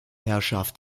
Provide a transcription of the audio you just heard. herrschaft